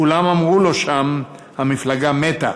כולם אמרו לו שם: המפלגה מתה,